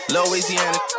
Louisiana